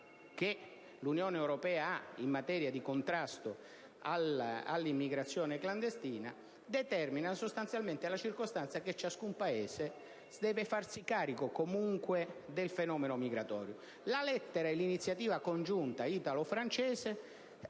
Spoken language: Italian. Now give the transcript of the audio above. che l'Unione europea ha in materia di contrasto all'immigrazione clandestina, determina sostanzialmente la circostanza che ciascun Paese deve farsi carico comunque del fenomeno migratorio. La lettera e l'iniziativa congiunta italo-francese